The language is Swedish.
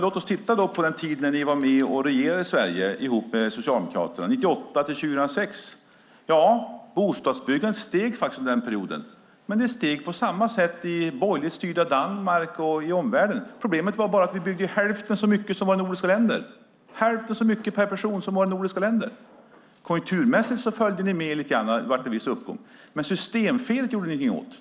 Låt oss titta på tiden 1998-2006 då Vänsterpartiet stödde den socialdemokratiska regeringen. Bostadsbyggandet steg visserligen, men det steg på samma sätt i det borgerligt styrda Danmark och i omvärlden. Problemet var bara att Sverige byggde hälften så mycket per person som våra nordiska grannländer. Konjunkturmässigt följde Sverige med, och det var en viss uppgång. Systemfelet gjorde ni dock inget åt.